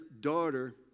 daughter